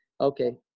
Okay